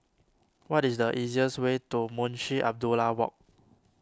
what is the easiest way to Munshi Abdullah Walk